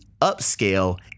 upscale